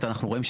אנחנו רואים,